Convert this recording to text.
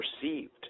perceived